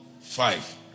five